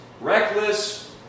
reckless